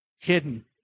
hidden